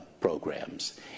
programs